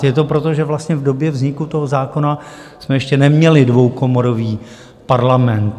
Je to proto, že vlastně v době vzniku toho zákona jsme ještě neměli dvoukomorový parlament.